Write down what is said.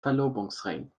verlobungsring